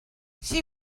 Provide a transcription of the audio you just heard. she